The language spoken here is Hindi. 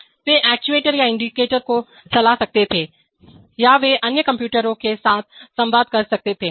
वे एक्ट्यूएटर या इंडिकेटर को चला सकते थे या वे अन्य कंप्यूटरों के साथ संवाद कर सकते थे